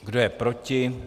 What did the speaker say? Kdo je proti?